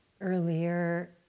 Earlier